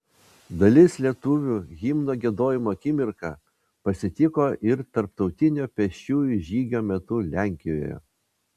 dalis lietuvių himno giedojimo akimirką pasitiko ir tarptautinio pėsčiųjų žygio metu lenkijoje